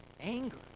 anger